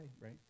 right